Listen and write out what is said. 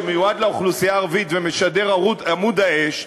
שמיועד לאוכלוסייה הערבית ומשדר "עמוד האש",